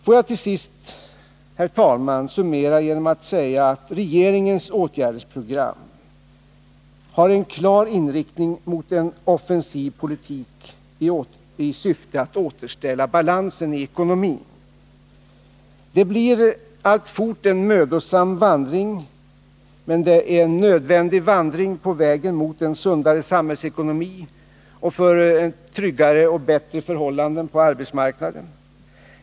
Låt mig till sist, herr talman, summera genom att säga att regeringens åtgärdsprogram har en klar inriktning mot en offensiv politik i syfte att återställa balansen i ekonomin. Det blir alltfort en mödosam vandring, men det är en nödvändig vandring på vägen mot en sundare samhällsekonomi och för tryggare och bättre förhållanden på arbetsmarknaden.